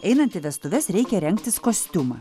einant į vestuves reikia rengtis kostiumą